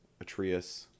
Atreus